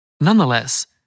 Nonetheless